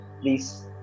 please